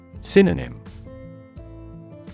Synonym